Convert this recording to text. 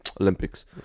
Olympics